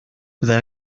byddai